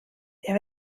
der